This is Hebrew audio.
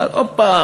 ואז עוד פעם